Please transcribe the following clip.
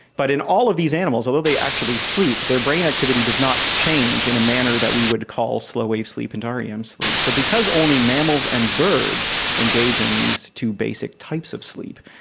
but in all of these animals, although they actually sleep, their brain activity does not change in a manner that we would call slow wave sleep and rem yeah um sleep. so because only mammals and birds engage in in these two basic types of sleep,